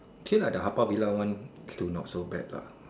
okay lah the haw-par villa one still not so bad lah